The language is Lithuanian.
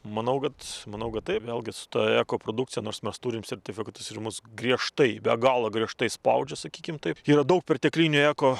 manau kad manau kad tai vėlgi su ta eko produkcija nors mes turim sertifikatus ir mus griežtai be galo griežtai spaudžia sakykim taip yra daug perteklinių eko